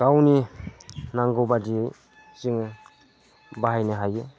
गावनि नांगौबायदियै जोङो बाहायनो हायो